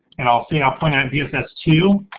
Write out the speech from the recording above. and i'll see, i'll point it at v s s two,